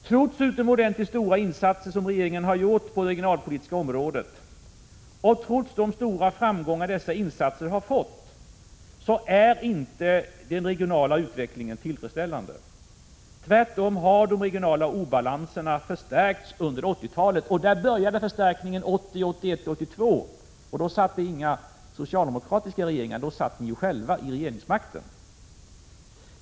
Trots utomordentligt stora insatser som regeringen gjort på det regionalpolitiska området och trots de stora framgångar som dessa insatser har lett fram till, är inte den regionala utvecklingen tillfredsställande. Tvärtom har de regionala obalanserna förstärkts under 1980-talet. Men förstärkningen började under åren 1980-1982. Då satt inga socialdemokratiska regeringar, utan då hade ni själva regeringsmakten.